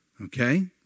Okay